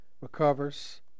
recovers